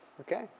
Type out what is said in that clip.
Okay